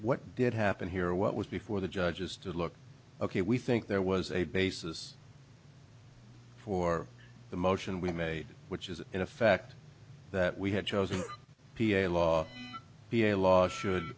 what did happen here what was before the judges to look ok we think there was a basis for the motion we made which is in effect that we had chosen to be a law be a law should